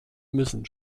müssen